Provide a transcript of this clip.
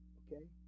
okay